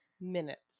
minutes